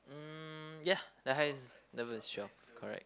mm ya the highest number is twelve correct